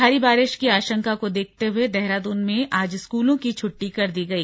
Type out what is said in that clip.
भारी बारिश की आशंका को देखते हुए देहरादून में आज स्कूलों की छुट्टी कर दी गई